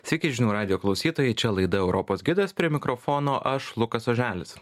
sveiki žinių radijo klausytojai čia laida europos gidas prie mikrofono aš lukas oželis